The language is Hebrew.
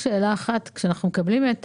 כשאנחנו מקבלים את